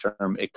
term